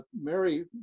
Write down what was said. Mary